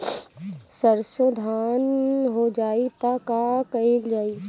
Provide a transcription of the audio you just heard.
सरसो धन हो जाई त का कयील जाई?